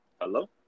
Hello